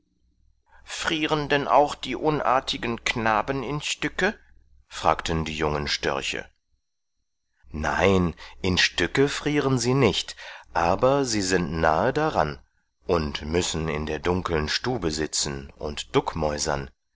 frieren denn auch die unartigen knaben in stücke fragten die jungen störche nein in stücke frieren sie nicht aber sie sind nahe daran und müssen in der dunkeln stube sitzen und duckmäusern